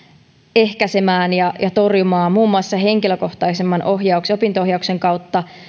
ehkäisemään ja ja torjumaan muun muassa henkilökohtaisemman opinto ohjauksen kautta